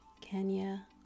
Kenya